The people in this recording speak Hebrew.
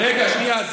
רגע, שנייה.